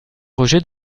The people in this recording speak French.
rejet